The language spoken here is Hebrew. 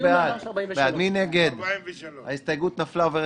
ההסתייגות נפלה.